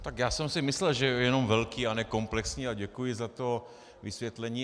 Tak já jsem si myslel, že jenom velký a ne komplexní a děkuji za to vysvětlení.